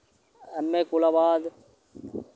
M A कोला बाद